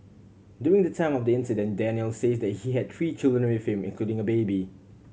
during the time of the incident Daniel says that he had three children with him including a baby